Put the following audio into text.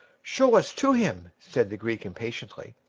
show us to him! said the greek, impatiently.